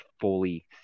fully